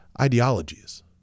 Ideologies